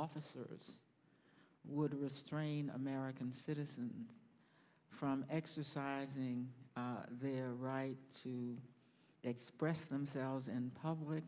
officers would restrain american citizen from exercising their right to express themselves and public